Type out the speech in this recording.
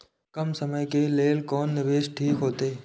कम समय के लेल कोन निवेश ठीक होते?